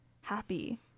happy